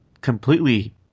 completely